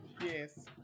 yes